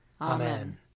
Amen